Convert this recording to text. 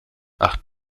ach